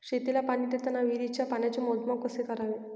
शेतीला पाणी देताना विहिरीच्या पाण्याचे मोजमाप कसे करावे?